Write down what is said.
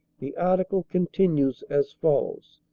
the article continues as follows